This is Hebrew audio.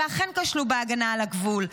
שאכן כשלו בהגנה על הגבול,